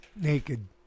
naked